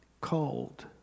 called